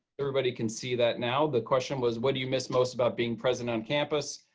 everybody can see that now. the question was, what do you miss most about being present on campus.